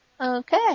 Okay